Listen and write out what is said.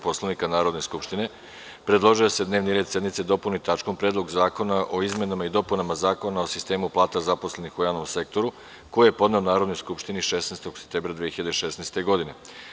Poslovnika Narodne skupštine, predložio je da se dnevni red sednice dopuni tačkom – Predlog zakona o izmenama i dopunama Zakona o sistemu plata zaposlenih u javnom sektoru, koji je podneo Narodnoj skupštini 16. septembra 2016. godine.